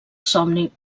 somni